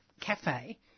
cafe